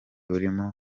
urimo